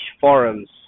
forums